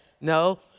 No